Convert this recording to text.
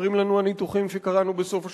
אומרים לנו הניתוחים שקראנו בסוף השבוע.